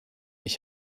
ich